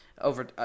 over